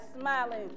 smiling